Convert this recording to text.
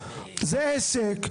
זה העסק,